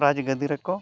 ᱨᱟᱡᱽ ᱜᱚᱫᱤᱨᱮᱠᱚ